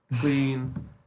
clean